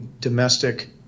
domestic